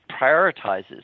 prioritizes